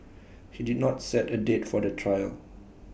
he did not set A date for the trial